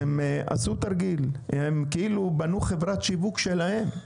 הם עשו תרגיל, וכאילו בנו חברת שיווק שלהם.